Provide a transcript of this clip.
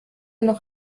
noch